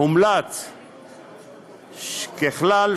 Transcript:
הומלץ שככלל,